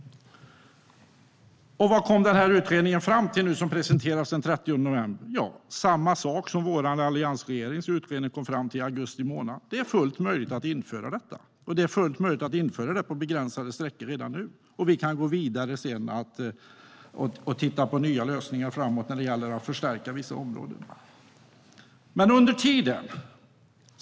Vad kom då den här utredningen, som presenterades den 30 november, fram till? Jo, den kom fram till samma sak som alliansregeringens utredning kom fram till i augusti månad. Det är fullt möjligt att införa detta. Det är fullt möjligt att införa det på begränsade sträckor redan nu. Vi kan sedan gå vidare och titta på nya lösningar framåt när det gäller att förstärka vissa områden.